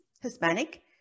Hispanic